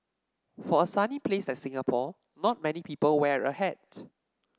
for a sunny place like Singapore not many people wear a hat